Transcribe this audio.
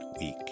week